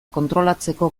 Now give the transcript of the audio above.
kontrolatzeko